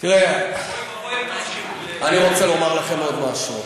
אני רוצה לומר לכם עוד משהו,